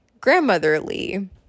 grandmotherly